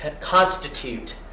constitute